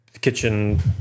kitchen